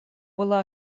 была